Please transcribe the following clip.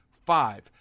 five